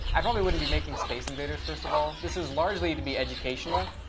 i probably wouldn't be making space invaders first of all. this is largely to be educational.